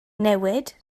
newid